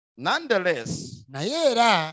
Nonetheless